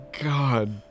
god